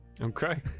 Okay